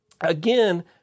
again